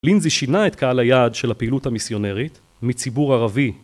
לינדזי שינה את קהל היעד של הפעילות המיסיונרית מציבור ערבי.